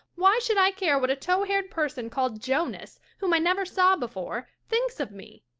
why should i care what a tow-haired person called jonas, whom i never saw before thinks of me?